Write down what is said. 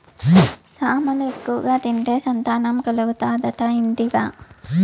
సామలు ఎక్కువగా తింటే సంతానం కలుగుతాదట ఇంటివా